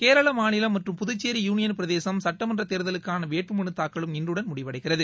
கேரள மாநிலம் மற்றும் புதுச்சேரி யூளியன் பிரதேசம் சட்டமன்ற தேர்தலுக்கான வேட்பு மனு தாக்கலும் இன்றுடன் முடிவடைகிறது